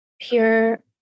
pure